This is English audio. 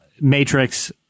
Matrix